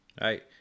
right